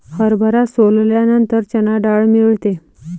हरभरा सोलल्यानंतर चणा डाळ मिळते